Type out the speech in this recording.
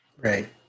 Right